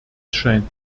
scheint